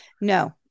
No